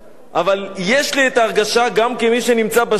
אבל יש לי הרגשה, גם כמי שנמצא בשטח,